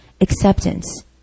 acceptance